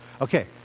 okay